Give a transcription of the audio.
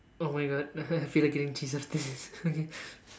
oh my god feel like getting cheeses okay